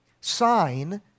sign